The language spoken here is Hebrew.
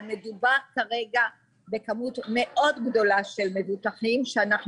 מדובר כרגע בכמות מאוד גדולה של מבוטחים שאנחנו